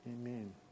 Amen